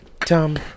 Tom